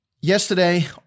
Yesterday